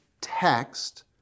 text